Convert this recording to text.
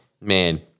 man